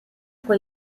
pour